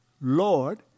Lord